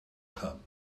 cup